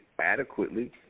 adequately